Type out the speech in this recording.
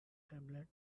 tablet